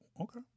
Okay